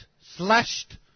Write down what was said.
slashed